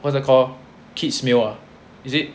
what's that call kids meal ah is it